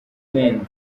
prince